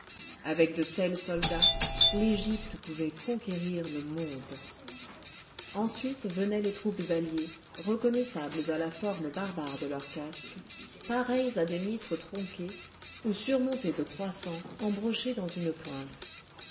avec de tels soldats l'égypte pouvait conquérir le monde ensuite venaient les troupes alliées reconnaissables à la forme barbare de leurs casques pareils à des mitres tronquées ou surmontés de croissants embrochés dans une pointe